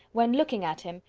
when, looking at him,